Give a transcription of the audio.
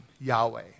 Yahweh